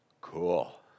Cool